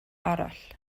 arall